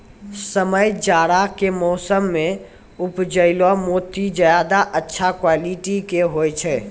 समय जाड़ा के मौसम मॅ उपजैलो मोती ज्यादा अच्छा क्वालिटी के होय छै